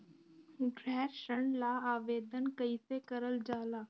गृह ऋण ला आवेदन कईसे करल जाला?